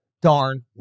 Darn